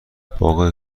باغ